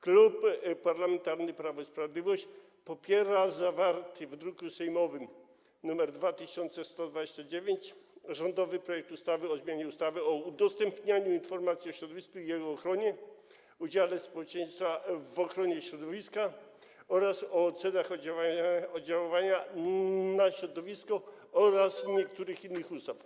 Klub Parlamentarny Prawo i Sprawiedliwość popiera zawarty w druku sejmowym nr 2129 rządowy projekt ustawy o zmianie ustawy o udostępnianiu informacji o środowisku i jego ochronie, udziale społeczeństwa w ochronie środowiska oraz o ocenach oddziaływania na środowisko oraz niektórych innych ustaw.